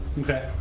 Okay